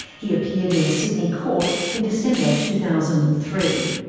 he appeared in a sydney court in december, two thousand and three.